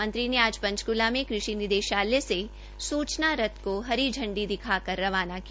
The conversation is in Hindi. मंत्री ने आज पंचकला में कृषि निदेशालय से सूचना रथ को हरी झंडी दिखाकर रवाना किया